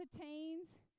teens